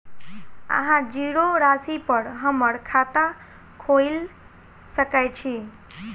अहाँ जीरो राशि पर हम्मर खाता खोइल सकै छी?